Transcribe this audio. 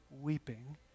weeping